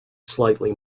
slightly